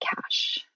cash